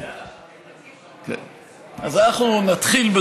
אז אנחנו נתחיל,